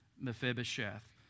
Mephibosheth